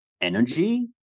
energy